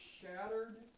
shattered